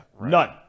None